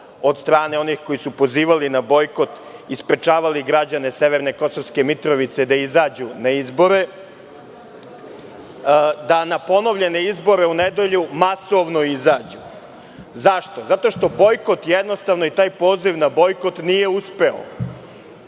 od strane onih koji su pozivali na bojkot i sprečavali građane severne Kosovske Mitrovice da izađu na izbore, da na ponovljene izbore, u nedelju masovno izađu na ponovljene izbore. Zašto? Zato što bojkot jednostavno i taj poziv na bojkot nije uspeo.